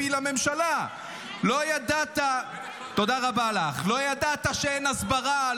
לא ידעת שאין הסברה,